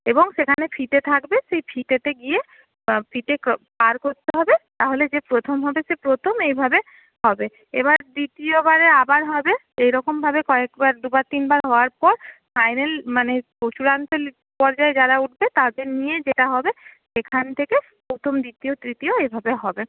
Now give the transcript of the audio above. এবং সেখানে ফিতে থাকবে সেই ফিতেতে গিয়ে ফিতে পার করতে হবে তা হলে যে প্রথম হবে সে প্রথম এই ভাবে হবে এ বার দ্বিতীয় বারে আবার হবে এ রকম ভাবে কয়েকবার দুবার তিনবার হওয়ার পর ফাইনাল মানে চূড়ান্ত পর্যায়ে যারা উঠবে তাদের নিয়ে যেটা হবে সেখান থেকে প্রথম দ্বিতীয় তৃতীয় এ ভাবে হবে